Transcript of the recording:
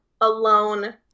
alone